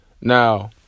Now